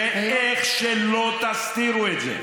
איך שלא תסתירו את זה,